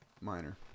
minor